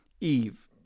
Eve